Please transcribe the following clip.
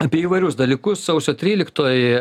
apie įvairius dalykus sausio tryliktoji